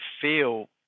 feel